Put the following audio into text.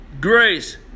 grace